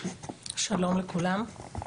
שלום לכולם.